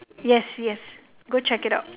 yes yes go check it out